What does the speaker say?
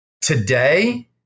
today